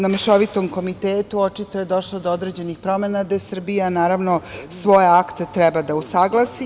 Na Mešovitom komitetu očito je došlo do određenih promena gde Srbija svoje akte treba da usaglasi.